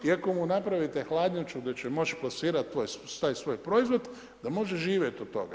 I ako mu napravite hladnjaču da će moći plasirati taj svoj proizvod, da može živjeti od toga.